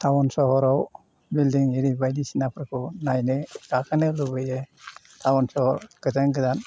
town सहराव building area बायदिसिनाफोरखौ नायनो गाखोनो लुबैयो टाउन सहर गोजान गोजान